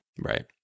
Right